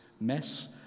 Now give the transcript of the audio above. mess